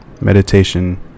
Meditation